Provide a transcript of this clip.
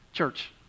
Church